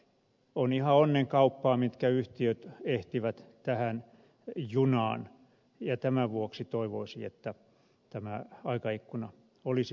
on ihan onnenkauppaa mitkä yhtiöt ehtivät tähän junaan ja tämän vuoksi toivoisi että tämä aikaikkuna olisi pidempään auki